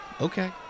okay